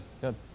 good